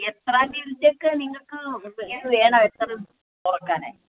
എത്രാം തീയതിയിലത്തേക്കാണ് നിങ്ങൾക്ക് വേണം എത്ര തുറക്കാനേ